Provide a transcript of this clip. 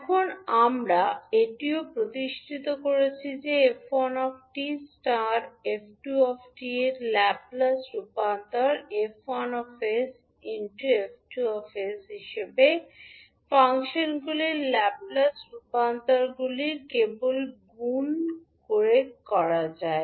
এখন আমরা এটিও প্রতিষ্ঠিত করেছি যে 𝑓1 𝑡 ∗ 𝑓2 𝑡 এর ল্যাপ্লেস রূপান্তরটি কেবল F1 𝑠 𝐹2 𝑠 হিসাবে ফাংশনগুলির ল্যাপলেস রূপান্তরগুলি কেবল গুণ করে গুণ করা যায়